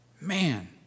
Man